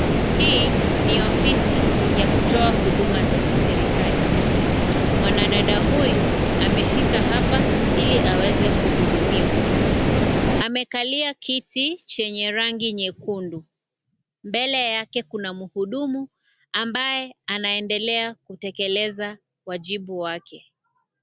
Hii ni ofisi ya kutoa huduma za kiserikali mwanadada huyu amefika hapa ili aweze kuhudumiwa. Amekalia kiti chenye rangi nyekundu mbele yake kuna muhudumu ambaye anaendelea kutekeleza wajibu wake.